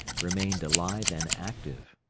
remained alive and active.